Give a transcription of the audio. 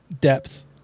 depth